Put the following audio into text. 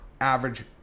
average